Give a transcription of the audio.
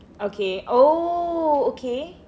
okay oh okay